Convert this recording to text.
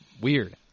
weird